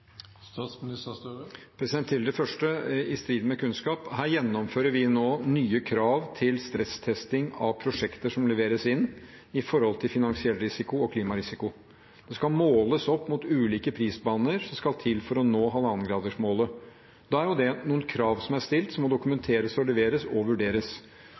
det er i strid med kunnskap: Her gjennomfører vi nå nye krav til stresstesting av prosjekter som leveres inn i forhold til finansiell risiko og klimarisiko. Det skal måles opp mot ulike prisbaner som skal til for å nå 1,5-gradersmålet. Da er det noen krav som er stilt, og som må dokumenteres, leveres og vurderes.